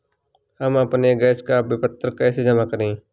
हम अपने गैस का विपत्र कैसे जमा करें?